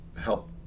help